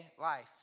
life